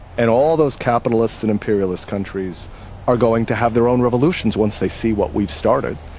and all those capitalists and imperialist countries are going to have their own revolutions once they see what we've started,